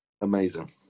Amazing